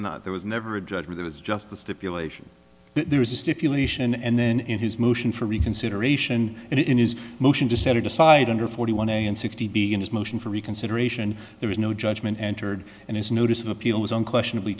not there was never a judge where there was just the stipulation there was a stipulation and then in his motion for reconsideration and in his motion to set it aside under forty one a and sixty b in his motion for reconsideration there was no judgment entered and his notice of appeal was unquestionably